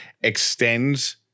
extends